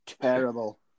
Terrible